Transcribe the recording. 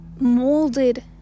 molded